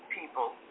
People